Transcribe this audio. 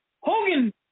Hogan